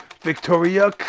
Victoria